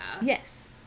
Yes